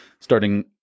starting